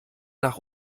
nach